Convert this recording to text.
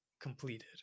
completed